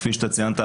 כפי שציינת,